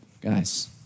guys